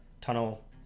tunnel